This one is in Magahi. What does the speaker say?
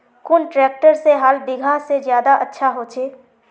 कुन ट्रैक्टर से हाल बिगहा ले ज्यादा अच्छा होचए?